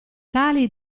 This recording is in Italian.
tali